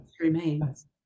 remains